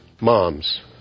moms